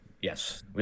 Yes